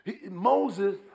Moses